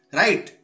right